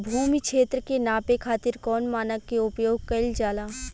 भूमि क्षेत्र के नापे खातिर कौन मानक के उपयोग कइल जाला?